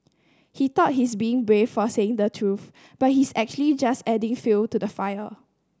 he thought he's being brave for saying the truth but he's actually just adding fuel to the fire